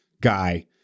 guy